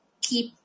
keep